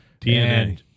DNA